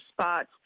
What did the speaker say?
spots